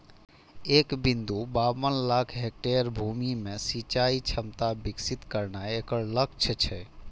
एक बिंदु बाबन लाख हेक्टेयर भूमि मे सिंचाइ क्षमता विकसित करनाय एकर लक्ष्य छै